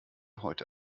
heute